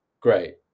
Great